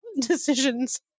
decisions